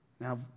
Now